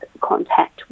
contact